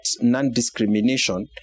non-discrimination